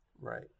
Right